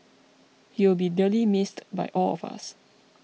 he will be dearly missed by all of us